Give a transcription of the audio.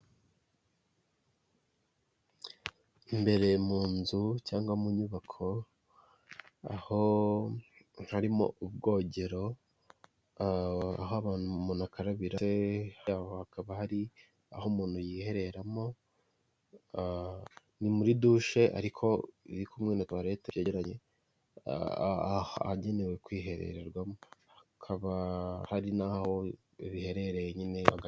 Imbere mu nzu cyangwa mu nyubako aho harimo ubwogero haba umuntu akabira ndetse imbere yaho hakaba hari aho umuntu yihereramo, ni muri douche ariko iri kumwe na tuwarete byegeranye hagenewe kwihererwamo, hakaba hari naho riherereye nyine.